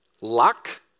luck